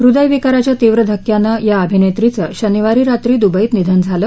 हृदयविकाराच्या तीव्र धक्याने या अभिनेत्रीचं शनिवारी रात्री दुबईत निधन झालं